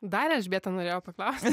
dar elžbieta norėjo paklaust